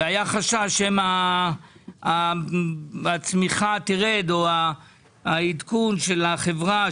היה חשש שמא הצמיחה תרד או העדכון של החברה,